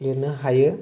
लिरनो हायो